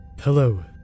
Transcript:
Hello